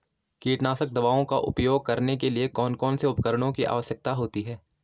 कीटनाशक दवाओं का उपयोग करने के लिए कौन कौन से उपकरणों की आवश्यकता होती है?